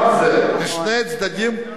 גם זה, לשני הצדדים.